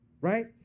right